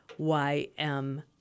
YM